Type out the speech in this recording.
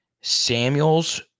Samuel's